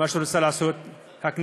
זה מה שרוצה לעשות הכנסת.